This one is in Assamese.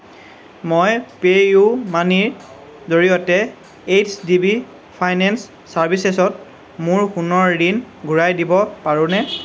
মই পে' ইউ মানিৰ জৰিয়তে এইচ ডি বি ফাইনেন্স চাৰ্ভিচেছত মোৰ সোণৰ ঋণ ঘূৰাই দিব পাৰোঁনে